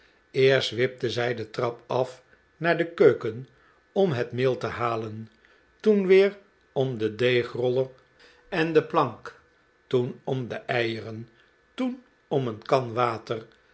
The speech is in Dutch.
eerst wipte zij de trap af naar de keuken om het meel te halen toen weer om den deegroller en de plank toen om de eieren toen om een kan water